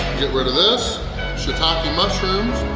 get rid of this shiitake mushrooms.